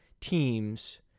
teams